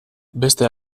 beste